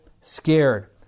scared